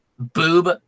boob